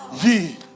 ye